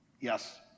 Yes